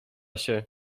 się